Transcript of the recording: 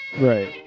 Right